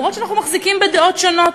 גם אם אנחנו מחזיקים בדעות שונות.